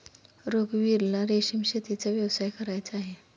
रघुवीरला रेशीम शेतीचा व्यवसाय करायचा आहे